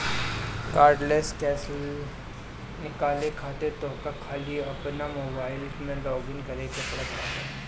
cardless cash निकाले खातिर तोहके खाली अपनी आई मोबाइलम में लॉगइन करे के पड़त बाटे